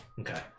Okay